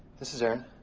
this is aaron.